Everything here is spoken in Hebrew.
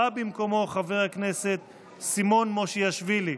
בא במקומו חבר הכנסת סימון מושיאשוילי.